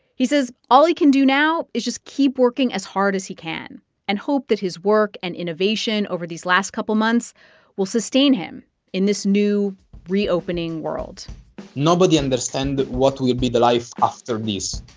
he says all he can do now is just keep working as hard as he can and hope that his work and innovation over these last couple months will sustain him in this new reopening world nobody understands what will be the life after this.